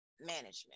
management